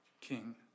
king